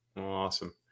Awesome